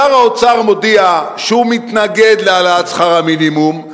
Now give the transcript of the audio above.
שר האוצר מודיע שהוא מתנגד להעלאת שכר המינימום,